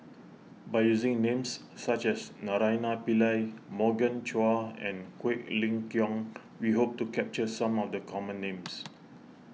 by using names such as Naraina Pillai Morgan Chua and Quek Ling Kiong we hope to capture some of the common names